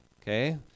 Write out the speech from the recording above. Okay